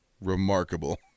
Remarkable